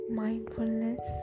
mindfulness